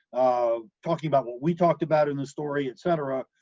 ah talking about what we talked about in the story, etc,